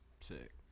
Sick